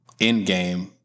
Endgame